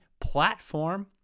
platform